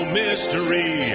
mystery